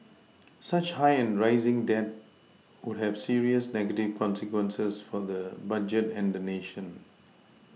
such high and rising debt would have serious negative consequences for the budget and the nation